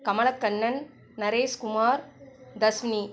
Kamalakannan Nareshkumar Dharshini